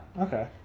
okay